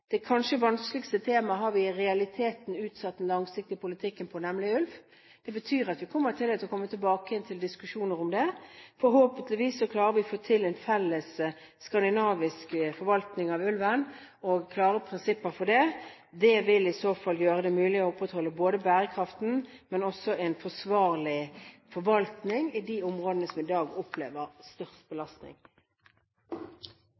Det kanskje vanskeligste temaet har vi i realiteten utsatt, nemlig den langsiktige politikken for ulv. Det betyr at vi vil komme tilbake til dette. Forhåpentligvis klarer vi å få til en felles skandinavisk forvaltning av ulven og få klare prinsipper for det. Det vil i så fall gjøre det mulig å opprettholde ikke bare bærekraften, men også en forsvarlig forvaltning i de områdene som i dag opplever størst